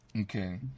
Okay